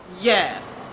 Yes